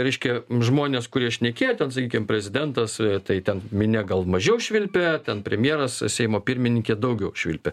reiškia žmonės kurie šnekėjo ten sakykim prezidentas tai ten minia gal mažiau švilpė ten premjeras seimo pirmininkė daugiau švilpė